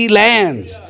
lands